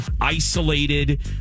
isolated